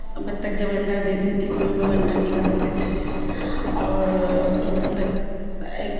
بطخ جب انڈا دیتی تھی تو ہم لوگ انڈا نکالتے تھے اور بطخ ایک